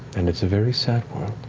and it's a very sad world.